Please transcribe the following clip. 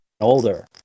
older